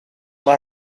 mae